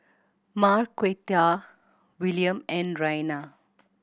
Marquita Willam and Raina